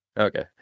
Okay